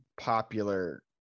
popular